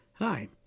Hi